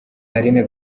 aline